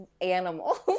animals